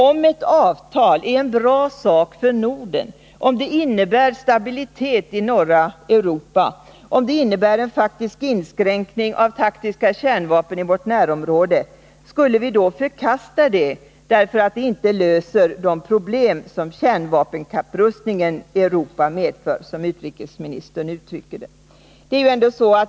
Om ett avtal är en bra sak för Norden, om det innebär stabilitet i norra Europa, om det innebär en faktisk inskränkning av taktiska kärnvapen i vårt närområde, skulle vi då förkasta det därför att det inte löser ”de problem som kärnvapenkapprustningen i Europa medför”, som utrikesministern uttrycker det?